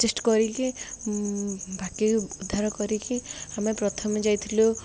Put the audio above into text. adjust କରିକି ବାକିକୁ ଉଦ୍ଧାର କରିକି ଆମେ ପ୍ରଥମେ ଯାଇଥିଲୁ